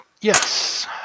Yes